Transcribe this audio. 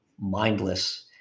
mindless